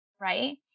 Right